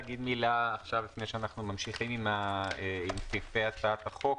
אני רוצה להגיד מילה לפני שנמשיך עם סעיפי הצעת החוק.